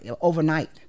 overnight